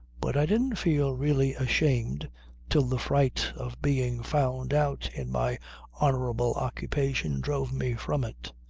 but i didn't feel really ashamed till the fright of being found out in my honourable occupation drove me from it.